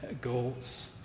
goals